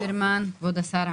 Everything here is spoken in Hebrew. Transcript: כבוד השר ליברמן,